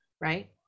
right